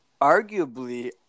Arguably